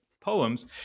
poems